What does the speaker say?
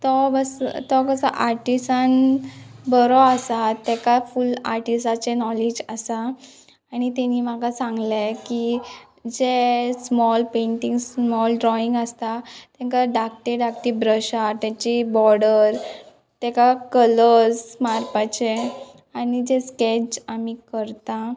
तो बस तो कसो आर्टिसान बरो आसा तेका फूल आर्टिसाचें नॉलेज आसा आनी तेणी म्हाका सांगलें की जें स्मॉल पेंटींग्स स्मॉल ड्रॉइंग आसता तेंकां धाकटी धाकटी ब्रश आहा तेची बॉर्डर तेका कलर्स मारपाचे आनी जे स्केच आमी करता